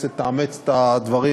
הכנסת תאמץ את הדברים,